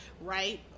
right